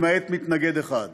למעט מתנגד אחד.